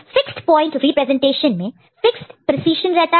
fixed point representation में fixed precision रहता है